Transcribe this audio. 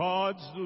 God's